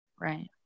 Right